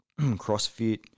CrossFit